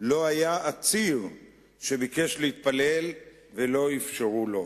לא היה עציר שביקש להתפלל ולא אפשרו לו.